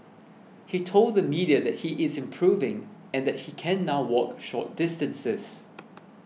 he told the media that he is improving and that he can now walk short distances